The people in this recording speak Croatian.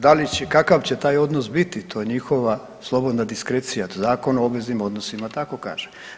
Da li će kakav će taj odnos biti to je njihova slobodna diskrecija, to Zakon o obveznim odnosima tako kaže.